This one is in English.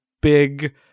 big